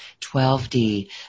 12D